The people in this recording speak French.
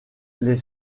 les